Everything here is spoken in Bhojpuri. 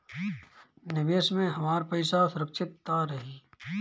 निवेश में हमार पईसा सुरक्षित त रही?